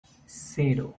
cero